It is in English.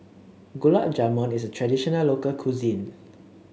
Gulab Jamun is a traditional local cuisine